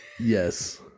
yes